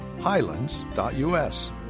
Highlands.us